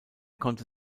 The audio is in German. konnte